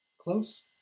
close